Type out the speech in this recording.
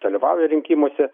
dalyvauja rinkimuose